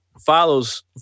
follows